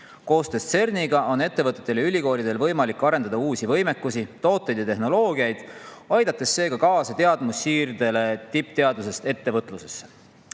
Koostöös CERN‑iga on ettevõtetel ja ülikoolidel võimalik arendada uusi võimekusi, tooteid ja tehnoloogiaid, aidates seega kaasa teadmussiirdele tippteadusest ettevõtlusesse.